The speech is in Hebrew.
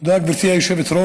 תודה, גברתי היושבת-ראש.